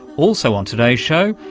also on today's show,